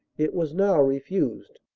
it was now refused.